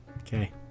Okay